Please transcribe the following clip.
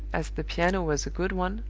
as the piano was a good one,